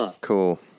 Cool